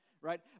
Right